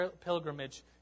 pilgrimage